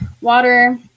water